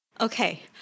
Okay